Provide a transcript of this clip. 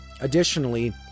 Additionally